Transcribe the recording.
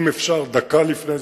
אם אפשר דקה לפני זה,